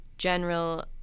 general